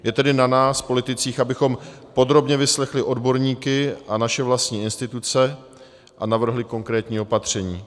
Je tedy na nás politicích, abychom podrobně vyslechli odborníky a naše vlastní instituce a navrhli konkrétní opatření.